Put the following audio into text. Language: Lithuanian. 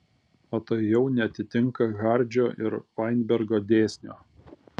o tai jau neatitinka hardžio ir vainbergo dėsnio